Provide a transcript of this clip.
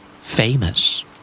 Famous